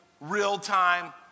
real-time